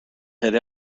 had